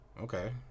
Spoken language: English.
Okay